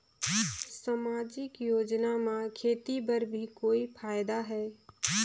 समाजिक योजना म खेती बर भी कोई फायदा है?